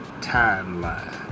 timeline